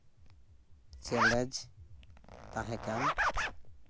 challenge ᱛᱟᱦᱮᱸᱠᱟᱱ